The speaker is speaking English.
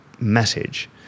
message